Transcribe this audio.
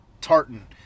tartan